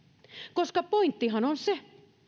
koska pointtihan on se